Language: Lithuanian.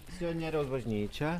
misionieriaus bažnyčia